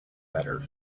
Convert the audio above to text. better